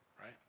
Right